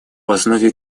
основе